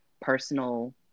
personal